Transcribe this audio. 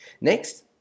Next